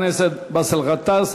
תודה לחבר הכנסת באסל גטאס.